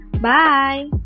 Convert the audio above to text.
Bye